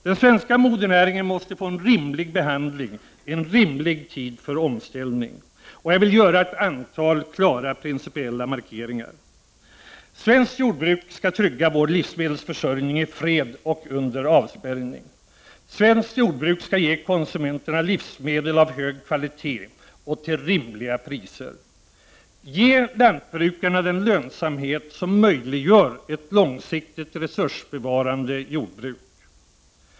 Den svenska modernäringen måste få en rimlig behandling, en rimlig tid för omställning. Jag vill göra ett antal klara principiella markeringar. Svenskt jordbruk skall trygga vår livsmedelsförsörjning i fred och under avspärrning. Svenskt jordbruk skall ge konsumenterna livsmedel av hög kvalitet och till rimliga priser. Ge lantbrukarna den lönsamhet som möjliggör ett långsiktigt resursbevarande jordbruk!